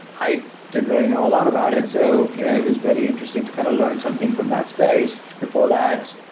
i didn't really know a lot about it. so you know it was really interesting to kind of earn something from that space. before that,